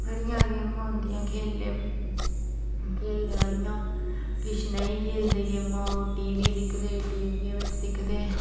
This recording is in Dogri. बडियां गेमा होंदिया खेलने च खेलने आहलियां किश नेई खेलदे गेमा ओह् टीबी दिखदे ओह् टी बी बिच दिखदे